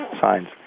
signs